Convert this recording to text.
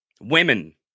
women